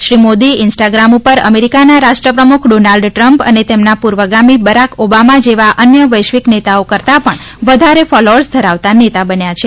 Shri Modi Instagram ઉપર અમેરિકાના રાષ્ટ્રપ્રમુખ ડોનાલ્ડ ટ્રમ્પ અને તેમની પૂર્વગામી બરાક ઓબામા જેવા અન્ય વૈશ્વિક નેતાઓ કરતા પણ વધારો ફોલોઅર્સ ધરાવતા નેતા છે